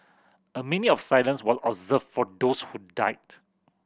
a minute of silence was observed for those who died